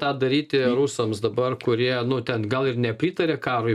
tą daryti rusams dabar kurie nu ten gal ir nepritaria karui